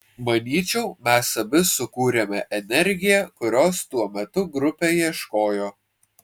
manyčiau mes abi sukūrėme energiją kurios tuo metu grupė ieškojo